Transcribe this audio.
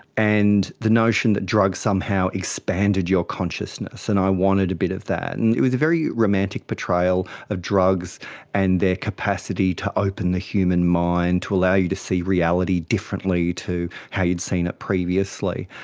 and the notion that drugs somehow expanded your consciousness, and i wanted a bit of that. and it was a very romantic portrayal of drugs and their capacity to open the human mind, to allow you to see reality differently to how you'd seen it previously.